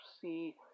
see